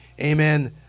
amen